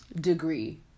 degree